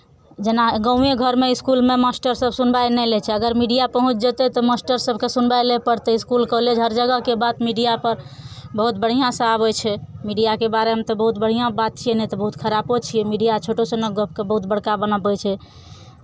जेना गाँवए घरमे इसकुलमे मास्टरसभ सुनवाइ नहि लै छै अगर मीडिया पहुँच जेतै तऽ मास्टर सभकेँ सुनवाइ लिअ पड़तै इसकुल कॉलेज हर जगहके बात मीडियापर बहुत बढ़िआँसँ आबै छै मीडियाके बारेमे तऽ बहुत बढ़िआँ बात छियै नहि तऽ बहुत खरापो छियै मीडिया छोटो सनक गप्पकेँ बहुत बड़का बनाबै छै